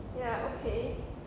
ya okay